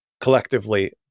collectively